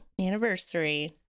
anniversary